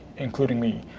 including me,